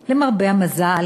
בהם./ למרבה המזל